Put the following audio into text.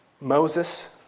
Moses